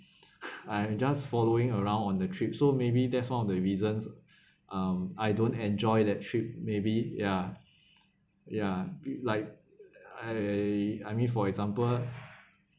I'm just following around on the trip so maybe that's one of the reasons um I don't enjoy that trip maybe ya ya like I I mean for example